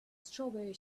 strawberry